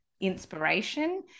inspiration